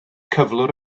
cyflwr